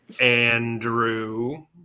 Andrew